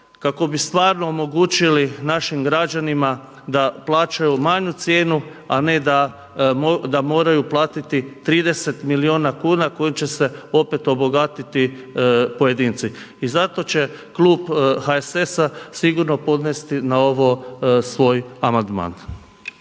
kako bi stvarno omogućili našim građanima da plaćaju manju cijenu, a ne da moraju platiti 30 milijuna kuna kojim će se opet obogatiti pojedinci. I zato će Klub HSS-a sigurno podnesti na ovo svoj amandman.